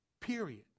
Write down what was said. Period